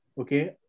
Okay